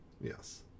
Yes